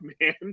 man